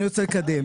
ואני רוצה לקדם.